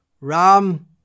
Ram